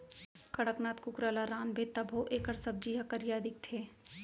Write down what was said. कड़कनाथ कुकरा ल रांधबे तभो एकर सब्जी ह करिया दिखथे